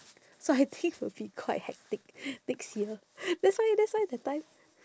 so I think will be quite hectic next year that's why that's why that time